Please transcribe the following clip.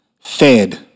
Fed